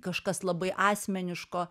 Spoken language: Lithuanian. kažkas labai asmeniško